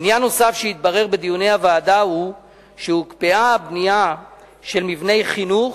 עניין נוסף שהתברר בדיוני הוועדה הוא שהוקפאה הבנייה של מבני חינוך,